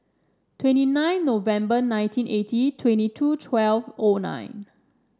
twenty nine November nineteen eighty twenty two twelve O nine